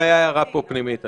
זו הייתה הערה פנימית פה.